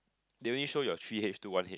they only show your three H two one A